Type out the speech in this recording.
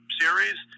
series